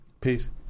Peace